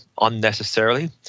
unnecessarily